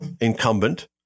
incumbent